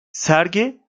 sergi